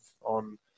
on